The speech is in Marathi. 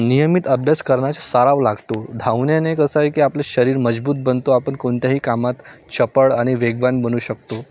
नियमित अभ्यास करण्याचा साराव लागतो धावण्याने कसं आहे की आपलं शरीर मजबूत बनतो आपण कोणत्याही कामात चपळ आणि वेगवान बनू शकतो